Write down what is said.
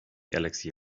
elixir